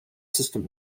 system